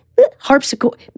harpsichord